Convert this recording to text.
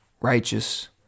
Righteous